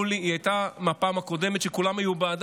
היא הייתה בפעם הקודמת וכולם היו בעדה,